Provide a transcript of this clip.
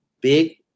big